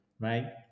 right